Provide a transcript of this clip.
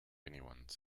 anyone